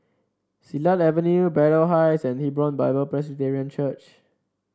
Silat Avenue Braddell Heights and Hebron Bible Presbyterian Church